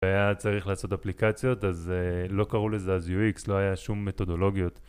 היה צריך לעשות אפליקציות, אז לא קראו לזה אז UX, לא היה שום מתודולוגיות